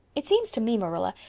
it seems to me, marilla,